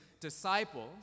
disciples